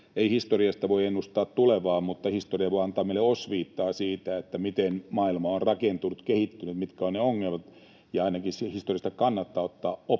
ei historiasta voi ennustaa tulevaa, mutta historia voi antaa meille osviittaa siitä, miten maailma on rakentunut ja kehittynyt ja mitkä ovat ongelmat. Ja historiasta kannattaa